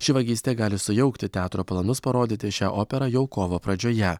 ši vagystė gali sujaukti teatro planus parodyti šią operą jau kovo pradžioje